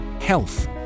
health